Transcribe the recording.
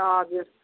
हजुर